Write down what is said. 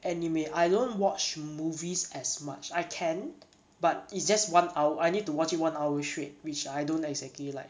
anime I don't watch movies as much I can but it's just one hour I need to watch it one hour straight which I don't exactly like